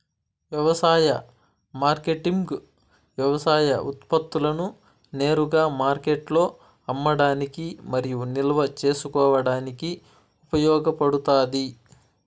వ్యవసాయ మార్కెటింగ్ వ్యవసాయ ఉత్పత్తులను నేరుగా మార్కెట్లో అమ్మడానికి మరియు నిల్వ చేసుకోవడానికి ఉపయోగపడుతాది